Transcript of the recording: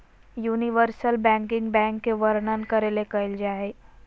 universal banking bank के वर्णन करे ले कइल जा हइ